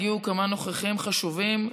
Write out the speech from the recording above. הגיעו כמה אורחים חשובים: